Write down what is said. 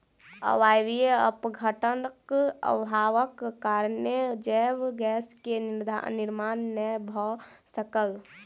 अवायवीय अपघटनक अभावक कारणेँ जैव गैस के निर्माण नै भअ सकल